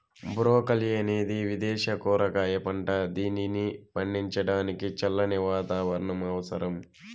broccoli అనేది విదేశ కూరగాయ పంట, దీనిని పండించడానికి చల్లని వాతావరణం అవసరం